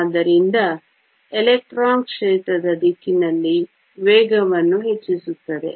ಆದ್ದರಿಂದ ಎಲೆಕ್ಟ್ರಾನ್ ಕ್ಷೇತ್ರದ ದಿಕ್ಕಿನಲ್ಲಿ ವೇಗವನ್ನು ಹೆಚ್ಚಿಸುತ್ತದೆ